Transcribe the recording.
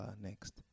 Next